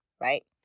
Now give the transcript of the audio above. Right